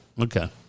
Okay